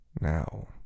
Now